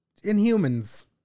inhumans